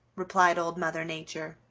replied old mother nature.